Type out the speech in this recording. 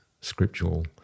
scriptural